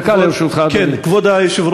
דקה לרשותך, אדוני.